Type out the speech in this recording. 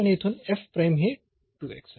तर सहजपणे येथून हे आहे